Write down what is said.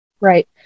Right